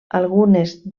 algunes